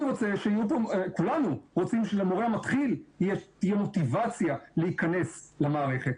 כולנו רוצים שלמורה המתחיל תהיה מוטיבציה להיכנס למערכת,